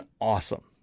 awesome